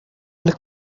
and